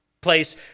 place